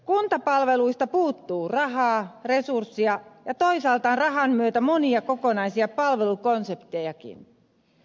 kuntapalveluista puuttuu rahaa resursseja ja toisaalta rahan myötä monia kokonaisia palvelukonseptejakin